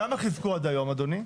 כמה חיזקו עד היום אדוני?